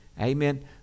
Amen